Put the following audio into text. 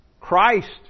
Christ